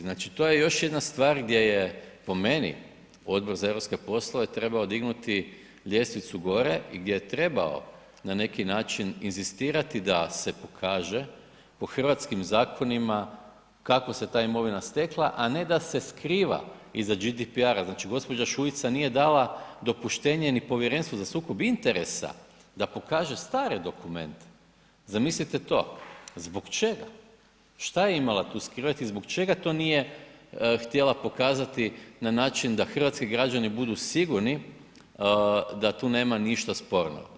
Znači, to je još jedna stvar gdje je, po meni, Odbor za europske poslove trebao dignuti ljestvicu gore i gdje je trebao na neki način inzistirati da se pokaže po hrvatskim zakonima kako se ta imovina stekla, a ne da se skriva iza GDPR, znači gđa. Šuica nije dala dopuštenje ni Povjerenstvu za sukob interesa da pokaže stare dokumente, zamislite to, zbog čega, šta je imala tu skrivat i zbog čega to nije htjela pokazati na način da hrvatski građani budu sigurni da tu nema ništa sporo.